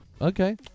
Okay